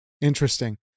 Interesting